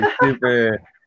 super